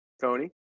Tony